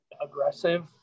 Aggressive